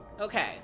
Okay